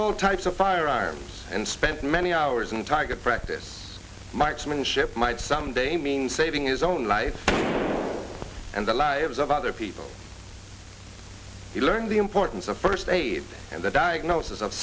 all types of firearms and spent many hours in target practice marksmanship might someday mean saving his own life and the lives of other people he learned the importance of first aid and the diagnosis of